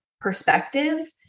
perspective